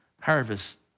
harvest